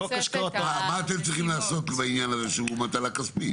במה אתם צריכים לעסוק בעניין הזה שהוא מטלה כספית?